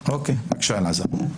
אלעזר,